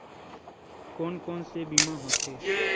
कोन कोन से बीमा होथे?